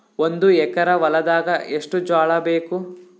ಒಂದು ಎಕರ ಹೊಲದಾಗ ಎಷ್ಟು ಜೋಳಾಬೇಕು?